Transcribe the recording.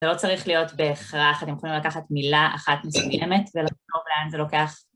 זה לא צריך להיות בהכרח, אתם יכולים לקחת מילה אחת מסוימת ולתת לב לאן זה לוקח.